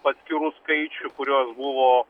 paskyrų skaičių kurios buvo